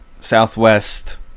southwest